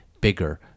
bigger